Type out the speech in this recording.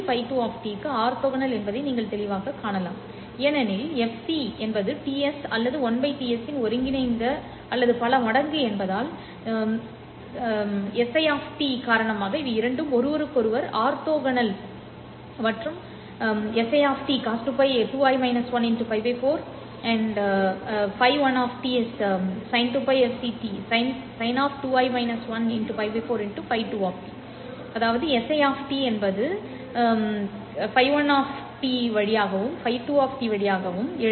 Φ1 or2 க்கு orthogonal என்பதை நீங்கள் தெளிவாகக் காணலாம் ஏனெனில் fc என்பது Ts அல்லது 1 Ts இன் ஒருங்கிணைந்த பல மடங்கு என்பதால் ஷிஸ் காரணமாக இவை இரண்டும் ஒருவருக்கொருவர் ஆர்த்தோகனல் மற்றும் நான் si cos π 4 φ̂ 1 பாவம் π 4 φ̂ 2 சரி